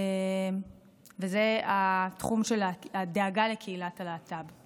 וזה התחום של הדאגה לקהילת הלהט"ב.